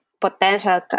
potential